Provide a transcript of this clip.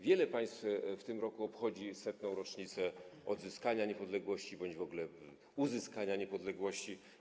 Wiele państw w tym roku obchodzi 100. rocznicę odzyskania niepodległości bądź w ogóle uzyskania niepodległości.